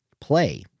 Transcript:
play